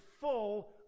full